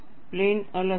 plane અલગ છે